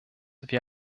wie